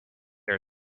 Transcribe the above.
there